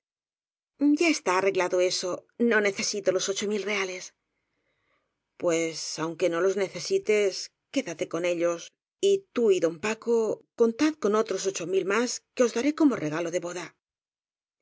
a está arreglado eso no necesito los ocho mil reales p u e s aunque no los necesites quédate con ellos y tú y don paco contad con otros ocho mil más que os daré como regalo de boda